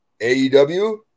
AEW